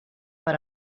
per